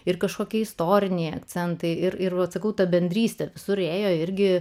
ir kažkokie istoriniai akcentai ir ir atsakau ta bendrystė visur ėjo ir